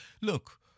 look